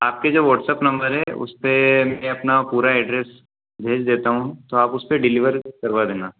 आपके जो WhatsApp number है उस पर मैं अपना पूरा एड्रेस भेज देता हूँ तो आप उस पर डिलीवर करवा देना